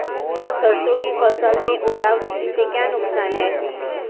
सरसों की फसल में ओलावृष्टि से क्या नुकसान है?